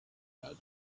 had